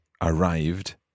arrived